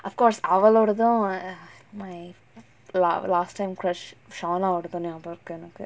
of course அவளோடது:avalodathu my la~ last time crush shana ஓடது ஞாபகம் இருக்கு எனக்கு:odathu nyabagam irukku enakku